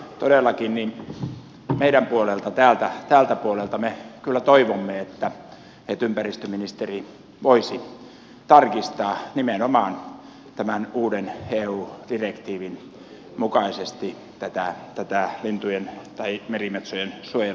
todellakin meidän puolelta tältä puolelta me kyllä toivomme että ympäristöministeri voisi tarkistaa nimenomaan tämän uuden eu direktiivin mukaisesti tätä merimetsojen suojelukantaa